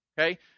Okay